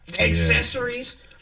Accessories